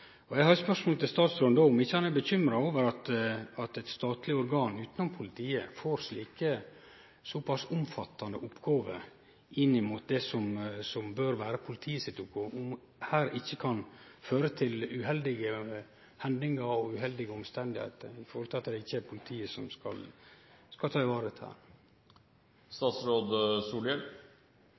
Eg har eit spørsmål til statsråden: Er han ikkje bekymra over at eit statleg organ utanom politiet får så pass omfattande oppgåver inn mot det som bør vere politiet sitt område? Kan ikkje dette føre til uheldige hendingar og omstende når det ikkje er politiet som skal